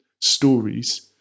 stories